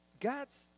God's